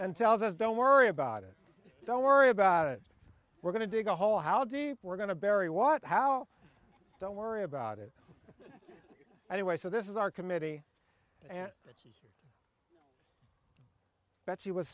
and tells us don't worry about it don't worry about it we're going to dig a hole how deep we're going to bury what how don't worry about it anyway so this is our committee a